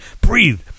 breathe